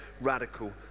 radical